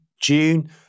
June